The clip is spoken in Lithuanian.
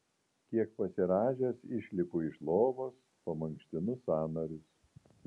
kiek pasirąžęs išlipu iš lovos pamankštinu sąnarius